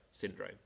syndrome